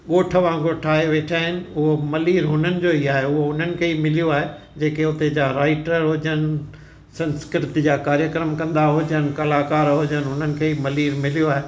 ॻोठु वांगुरु ठाहे वेठा आहिनि उहो मलीरु हुननि जो ई आहे उहो उन्हनि खे ई मिलियो आहे जेके हुते जा राइटर हुजनि संस्कृत जा कार्यक्रम कंदा हुजनि कलाकार हुजनि हुननि खे ई मलीरु मिलियो आहे